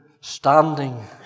standing